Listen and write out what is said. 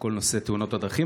כל נושא תאונות הדרכים.